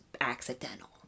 accidental